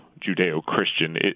Judeo-Christian